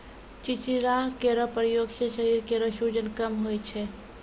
चिंचिड़ा केरो प्रयोग सें शरीर केरो सूजन कम होय छै